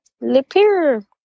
Leper